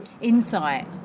insight